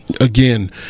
again